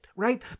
Right